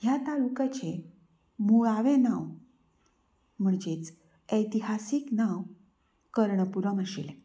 ह्या तालुकाचें मुळावें नांव म्हणजेच ऐतिहासीक नांव कर्णपुरम् आशिल्लें